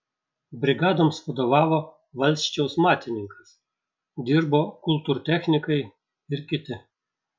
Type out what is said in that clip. brigadoms vadovavo valsčiaus matininkas dirbo kultūrtechnikai ir kiti